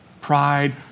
pride